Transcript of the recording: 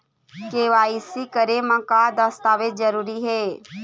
KYC करे म का का दस्तावेज जरूरी हे?